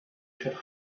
should